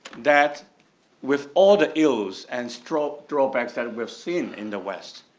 that with all the ills and stroke drawbacks that we've seen in the west.